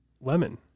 Lemon